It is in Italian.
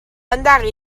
andare